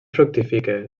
fructifica